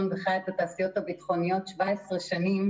וחיה את התעשיות הביטחוניות 17 שנים,